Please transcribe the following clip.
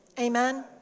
Amen